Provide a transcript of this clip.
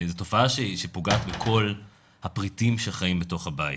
זו תופעה שפוגעת בכל הפריטים שחיים בתוך הבית.